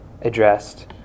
addressed